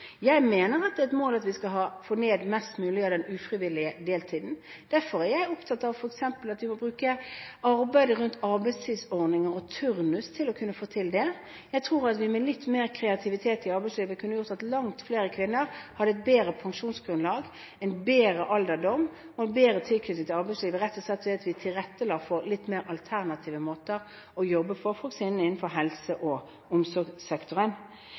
Jeg mener det er et mål at vi skal få ned mest mulig av den ufrivillige deltiden. Derfor er jeg opptatt av at vi f.eks. må arbeide med arbeidstidsordninger og turnus for å kunne få til det. Jeg tror litt mer kreativitet i arbeidslivet kunne gjort at langt flere kvinner fikk et bedre pensjonsgrunnlag, en bedre alderdom og en bedre tilknytning til arbeidslivet, rett og slett ved å tilrettelegge for litt mer alternative måter å jobbe på, f.eks. innenfor helse- og omsorgssektoren.